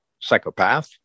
psychopath